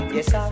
Yes